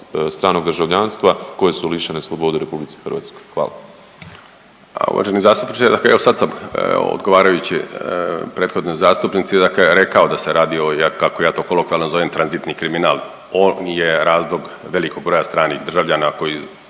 stranog državljanstva koje su lišene slobode u RH. Hvala. **Martinović, Juro** Pa uvaženi zastupniče, evo sad sam odgovarajući prethodnoj zastupnici dakle rekao da se radi o, kako ja to kolokvijalno zovem tranzitni kriminal. On je razlog velikog broja stranih državljana koji